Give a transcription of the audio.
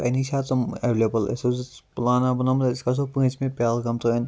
تۄہہِ نِش چھا تِم ایویلیبٕل اَسہِ حٕظ اوس پلان اکھ بَنومُت أسۍ گَژھو پوٗنٛژمہِ پہلگام تانۍ